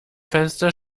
fenster